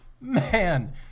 man